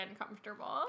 uncomfortable